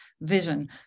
vision